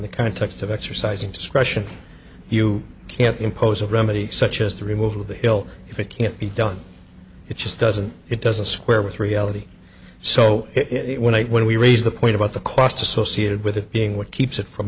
the context of exercising discretion you can't impose a remedy such as the removal of the hill if it can't be done it just doesn't it doesn't square with reality so it went when we raised the point about the costs associated with it being what keeps it from